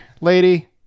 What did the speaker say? lady